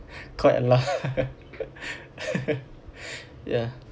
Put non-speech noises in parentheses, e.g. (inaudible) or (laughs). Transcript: quite a laugh (laughs) ya